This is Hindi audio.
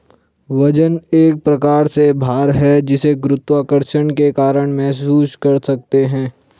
वजन एक प्रकार से भार है जिसे गुरुत्वाकर्षण के कारण महसूस कर सकते है